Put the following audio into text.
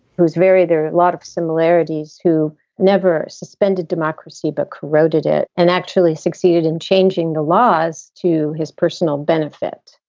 who's very there, a lot of similarities, who never suspended democracy but corroded it and actually succeeded in changing the laws to his personal benefit.